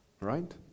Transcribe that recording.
Right